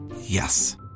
Yes